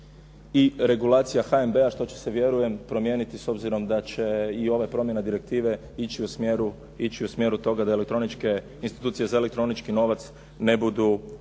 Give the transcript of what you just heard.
i regulacija HNB-a, što će se vjerujem promijeniti s obzirom da će i ova promjena direktive ići u smjeru toga da elektroničke institucije za elektronički novac ne budu